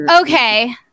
Okay